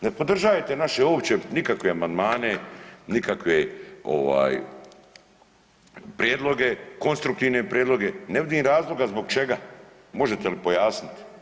Ne podržavate naše uopće nikakve amandmane, nikakve prijedloge, konstruktivne prijedloge ne vidim razloga zbog čega, možete li pojasniti.